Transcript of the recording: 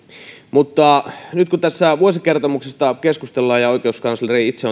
mutta nyt kun tästä vuosikertomuksesta keskustellaan ja oikeuskansleri itse